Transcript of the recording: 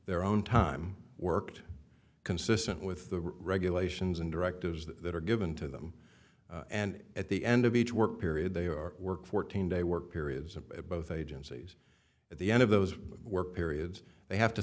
their own time worked consistent with the regulations and directives that are given to them and at the end of each work period they are work fourteen day work periods of both agencies at the end of those work periods they have to